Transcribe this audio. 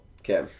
Okay